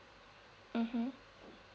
mmhmm